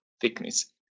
thickness